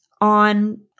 on